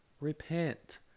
Repent